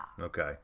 Okay